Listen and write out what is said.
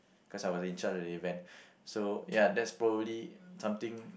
cause I was in charge of the event so ya that's probably something